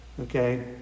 okay